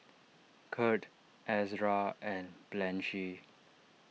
Kurt Ezra and Blanchie